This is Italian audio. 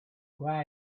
qua